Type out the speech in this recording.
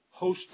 hosted